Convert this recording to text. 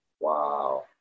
Wow